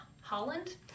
Holland